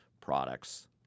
products